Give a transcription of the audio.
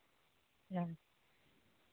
ᱚ